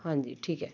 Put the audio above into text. ਹਾਂਜੀ ਠੀਕ ਹੈ